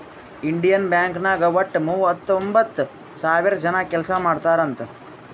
Indian bank ನಾಗ್ ವಟ್ಟ ಮೂವತೊಂಬತ್ತ್ ಸಾವಿರ ಜನ ಕೆಲ್ಸಾ ಮಾಡ್ತಾರ್ ಅಂತ್